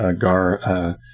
Gar